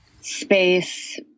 Space